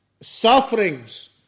sufferings